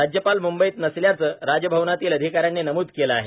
राज्यपाल मुंबईत नसल्याचं राजभवानातील अधिकाऱ्यांनी नम्द केलं आहे